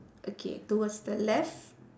okay towards the left